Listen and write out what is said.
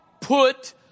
put